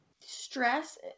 stress